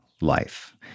life